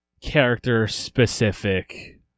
character-specific